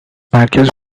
merkez